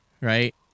right